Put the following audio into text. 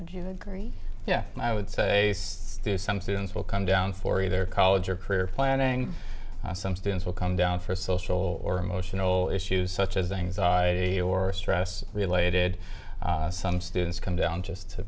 o you agree yeah i would say to some students will come down for either college or career planning some students will come down for social or emotional issues such as anxiety or stress related some students come down just to